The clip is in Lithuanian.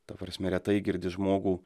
ta prasme retai girdi žmogų